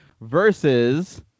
versus